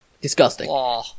Disgusting